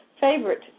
favorite